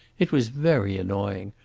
it was very annoying,